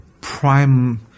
Prime